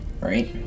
right